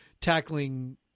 tackling